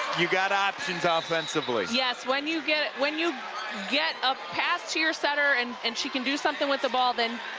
you got options ah offensively. yes. when you get when you get a pass to your setter and and she can do something with the ball, then